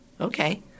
okay